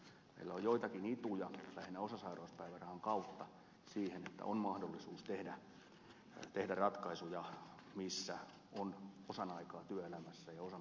meillä on joitakin ituja lähinnä osasairauspäivärahan kautta siihen että on mahdollisuus tehdä ratkaisuja joissa on osan aikaa työelämässä ja osan aikaa sairastaa